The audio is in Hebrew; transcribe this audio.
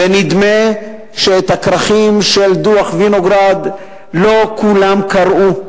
ונדמה שאת הכרכים של דוח-וינוגרד לא כולם קראו,